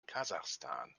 kasachstan